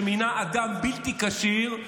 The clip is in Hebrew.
שמינה אדם בלתי כשיר,